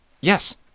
Yes